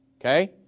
Okay